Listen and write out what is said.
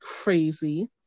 crazy